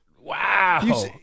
Wow